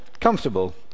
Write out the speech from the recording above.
comfortable